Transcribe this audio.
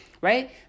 right